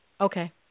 Okay